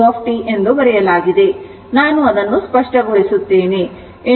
ಆದ್ದರಿಂದ ನಾನು ಅದನ್ನು ಸ್ಪಷ್ಟಗೊಳಿಸುತ್ತೇನೆ